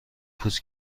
پوست